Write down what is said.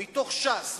ומתוך ש"ס,